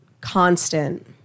constant